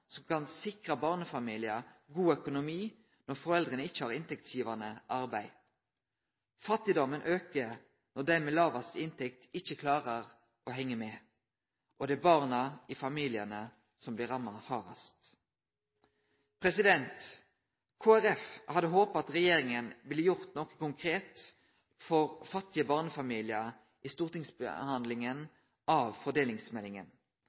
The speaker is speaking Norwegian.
som kan sikre barnefamiliar god økonomi når foreldra ikkje har inntektsgivande arbeid. Fattigdomen aukar når dei med lågast inntekt ikkje klarer å henge med, og det er barna i familiane som blir hardast ramma. Kristeleg Folkeparti hadde håpa at regjeringa ville gjere noko konkret for fattige barnefamiliar i